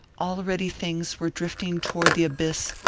already things were drifting toward the abyss,